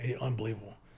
Unbelievable